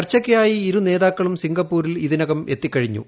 ചർച്ചയ്ക്കായി ഇരു നേതാക്കളും സിംഗപ്പൂരിൽ ഇതിനകം എത്തിക്കഴിഞ്ഞു